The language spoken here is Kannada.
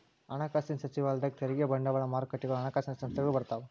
ಹಣಕಾಸಿನ ಸಚಿವಾಲಯದಾಗ ತೆರಿಗೆ ಬಂಡವಾಳ ಮಾರುಕಟ್ಟೆಗಳು ಹಣಕಾಸಿನ ಸಂಸ್ಥೆಗಳು ಬರ್ತಾವ